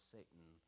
Satan